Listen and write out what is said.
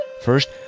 First